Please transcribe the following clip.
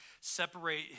separate